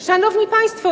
Szanowni Państwo!